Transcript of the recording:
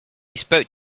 spoke